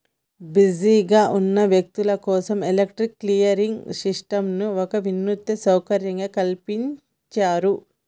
బిజీగా ఉన్న వ్యక్తులు కోసం ఎలక్ట్రానిక్ క్లియరింగ్ సిస్టంను ఒక వినూత్న సౌకర్యంగా కల్పించారు